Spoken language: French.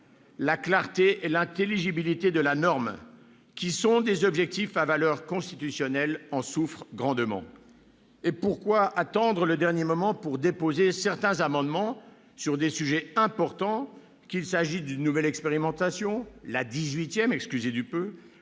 La clarté et l'intelligibilité de la norme, qui sont des objectifs à valeur constitutionnelle, en souffrent grandement ! Et pourquoi attendre le dernier moment pour déposer certains amendements sur des sujets importants, ... Eh oui !... qu'il s'agisse d'engager une nouvelle expérimentation- la dix-huitième, excusez du peu